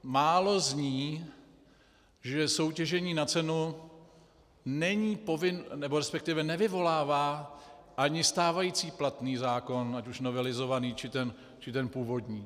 Málo zní, že soutěžení na cenu není, resp. nevyvolává ani stávající platný zákon, ať už novelizovaný, či ten původní.